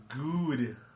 good